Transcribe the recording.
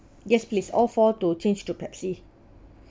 yes please all four to change to pepsi